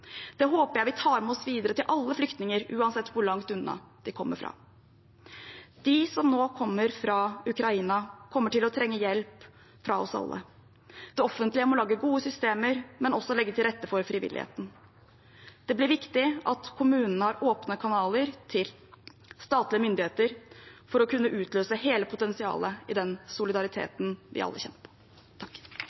Det håper jeg vi tar med oss videre til alle flyktninger uansett hvor langt unna de kommer fra. De som nå kommer fra Ukraina, kommer til å trenge hjelp fra oss alle. Det offentlige må lage gode systemer, men også legge til rette for frivilligheten. Det blir viktig at kommunene har åpne kanaler til statlige myndigheter for å kunne utløse hele potensialet i den solidariteten vi alle kjenner på.